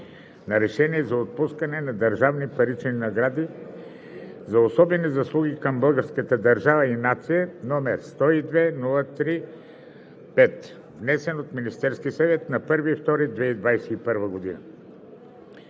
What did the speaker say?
на решение за отпускане на държавни парични награди за особени заслуги към българската държава и нацията, № 102-03-5, внесен от Министерския съвет на 1 февруари